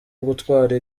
gutwara